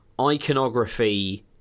iconography